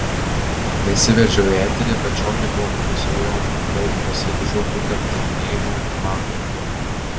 nesiveržiau į eterį bet šokiai buvo mano svajonė todėl pasiryžau būti aptarinėjama ir matoma